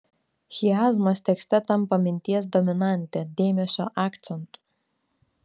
chiazmas tekste tampa minties dominante dėmesio akcentu